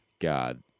God